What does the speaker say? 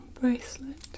bracelet